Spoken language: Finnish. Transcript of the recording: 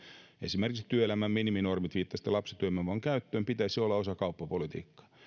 esimerkiksi työelämän miniminormien viittasitte lapsityövoiman käyttöön pitäisi olla osa kauppapolitiikkaa